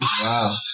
Wow